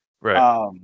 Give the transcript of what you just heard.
right